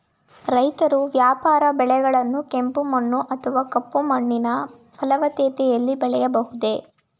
ರೈತರು ವ್ಯಾಪಾರ ಬೆಳೆಗಳನ್ನು ಕೆಂಪು ಮಣ್ಣು ಅಥವಾ ಕಪ್ಪು ಮಣ್ಣಿನ ಫಲವತ್ತತೆಯಲ್ಲಿ ಬೆಳೆಯಬಹುದೇ?